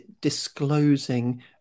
disclosing